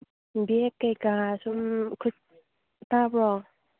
bag ꯀꯔꯤ ꯀꯔꯥ ꯁꯨꯝ ꯈꯨꯠ ꯇꯥꯕ꯭ꯔꯣ